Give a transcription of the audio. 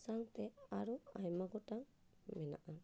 ᱥᱟᱣᱛᱮ ᱟᱨᱚ ᱟᱭᱢᱟ ᱜᱚᱴᱟᱝ ᱢᱮᱱᱟᱜᱼᱟ